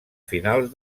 finals